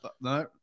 No